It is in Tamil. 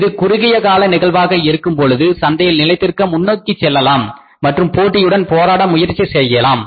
இது குறுகிய கால நிகழ்வாக இருக்கும்பொழுது சந்தையில் நிலைத்திருக்க முன்னோக்கி செல்லலாம் மற்றும் போட்டியுடன் போராட முயற்சி செய்யலாம்